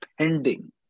pending